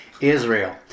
Israel